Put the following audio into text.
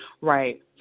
Right